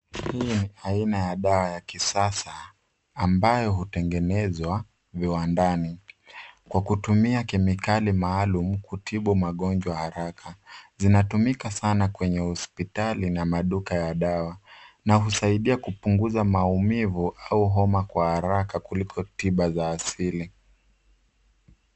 Hii ni aina ya dawa ya kisasa ambayo hutengenezwa viwandani kwa kutumia kemikali maalum kutibu magonjwa haraka. Zinatumika kwenye hospitali na duka la dawa na husaidia kupunguza maumivu au homa kwa haraka kuliko tiba za asili.